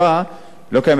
לא קיימת אינדיקציה,